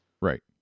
Right